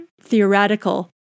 theoretical